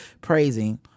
praising